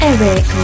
Eric